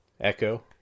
Echo